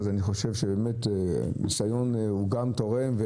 אז אני חושב שבאמת ניסיון גם תורם.